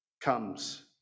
comes